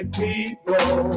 people